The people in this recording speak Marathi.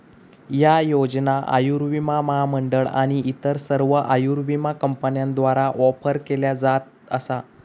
ह्या योजना आयुर्विमा महामंडळ आणि इतर सर्व आयुर्विमा कंपन्यांद्वारा ऑफर केल्या जात असा